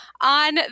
on